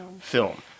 film